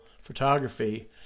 photography